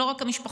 לא רק המשפחות,